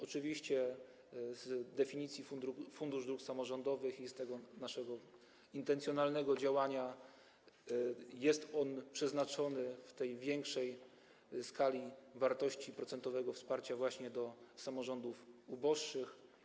Oczywiście z definicji Fundusz Dróg Samorządowych, z tego naszego intencjonalnego działania, jest przeznaczony w większej skali, wartości procentowego wsparcia właśnie dla samorządów uboższych.